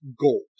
gold